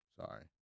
sorry